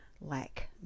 lack